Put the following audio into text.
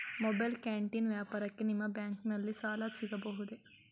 Mobile canteen ವ್ಯಾಪಾರಕ್ಕೆ ನಿಮ್ಮ ಬ್ಯಾಂಕಿನಲ್ಲಿ ಸಾಲ ಸಿಗಬಹುದೇ?